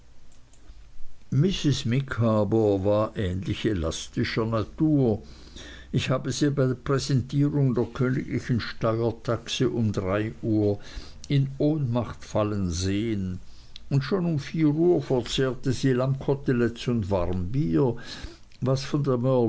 micawber war ähnlich elastischer natur ich habe sie bei präsentierung der königlichen steuertaxe um drei uhr in ohnmacht fallen sehen und schon um vier uhr verzehrte sie lammkoteletten und warmbier was von dem